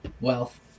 wealth